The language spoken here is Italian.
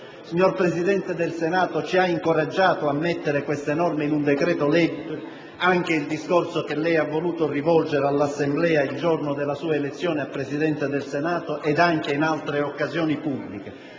Signor Presidente del Senato, ci ha incoraggiato ad inserire queste norme in un decreto-legge anche il discorso che lei ha voluto rivolgere all'Assemblea il giorno della sua elezione a Presidente e anche in altre occasioni pubbliche.